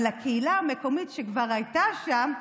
אבל הקהילה המקומית שכבר הייתה שם,